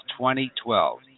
2012